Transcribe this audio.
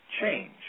change